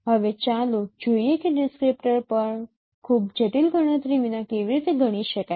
હવે ચાલો જોઈએ કે ડિસ્ક્રીપ્ટર પણ ખૂબ જટિલ ગણતરી વિના કેવી રીતે ગણી શકાય